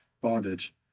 bondage